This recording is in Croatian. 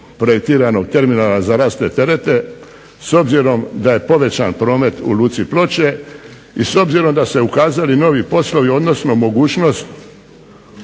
projektiranog terminala za rasute terete s obzirom da je povećan promet u luci Ploče i s obzirom da su se ukazali novi poslovi, odnosno mogućnost